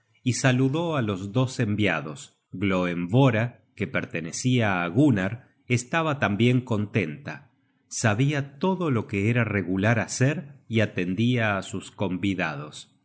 y saludó á los dos enviados gloemvora que pertenecia á gunnar estaba tambien contenta sabia todo lo que era regular hacer y atendia á'sus convidados